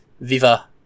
viva